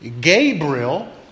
Gabriel